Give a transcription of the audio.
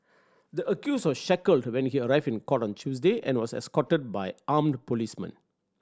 the accused was shackled when he arrived in court on Tuesday and was escorted by armed policemen